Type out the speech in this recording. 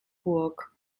burg